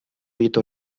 veto